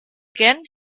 again